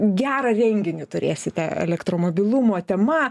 gerą renginį turėsite elektromobilumo tema